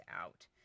out